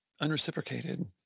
unreciprocated